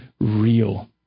real